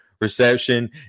reception